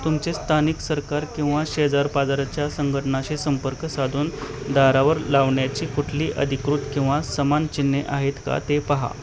तुमचे स्थानिक सरकार किंवा शेजारपाजाराच्या संघटनाशी संपर्क साधून दारावर लावण्याची कुठली अधिकृत किंवा समान चिन्हे आहेत का ते पहा